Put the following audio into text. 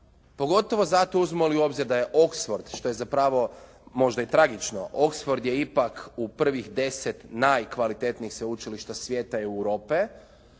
pogotovo zato uzmemo li u obzir da je Oxford što je zapravo možda i tragično, Oxford je ipak u prvih 10 najkvalitetnijih sveučilišta svijeta i Europe,